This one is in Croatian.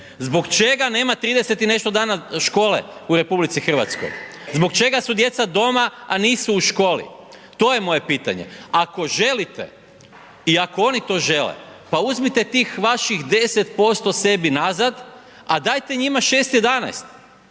Zbog čega nema 30 i nešto dana škole u RH? Zbog čega su djeca doma a nisu u školi? To je moje pitanje. Ako želite i ako oni to žele, pa uzmite tih vaših 10% sebi nazad a dajte njima 6,11,